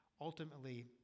Ultimately